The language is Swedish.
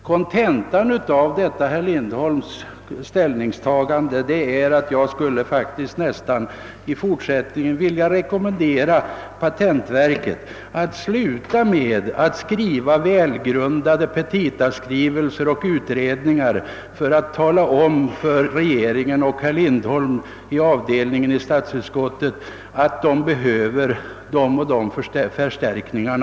Kontentan av detta herr Lindholms ställningstagande blir att jag i fortsättningen nästan skulle vilja rekommendera patentverket att sluta med att utföra välgrundade petitaskrivelser och utredningar för att visa regeringen och herr Lindholm i statsutskottets femte avdelning att det behöver vissa förstärkningar.